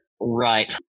Right